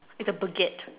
is a Baguette